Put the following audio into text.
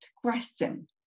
question